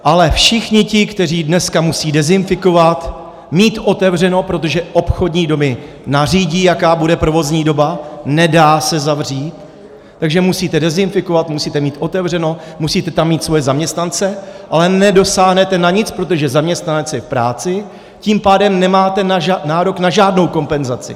Ale všichni ti, kteří dneska musí dezinfikovat, mít otevřeno, protože obchodní domy nařídí, jaká bude provozní doba, nedá se zavřít, takže musíte dezinfikovat, musíte mít otevřeno, musíte tam mít svoje zaměstnance, ale nedosáhnete na nic, protože zaměstnanec je v práci, tím pádem nemáte nárok na žádnou kompenzaci.